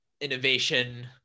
innovation